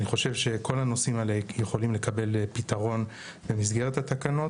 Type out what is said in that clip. אני חושב שכל הנושאים האלה יכולים לקבל פתרון במסגרת התקנות.